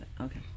okay